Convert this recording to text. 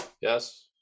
Yes